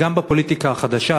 אז גם בפוליטיקה החדשה,